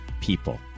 people